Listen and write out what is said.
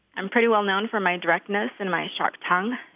i'm pretty well-known for my directness and my sharp tongue,